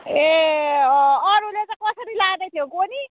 ए अरूले कसरी लाँदैथ्यो कोनि